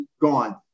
gone